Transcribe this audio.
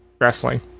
wrestling